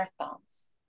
marathons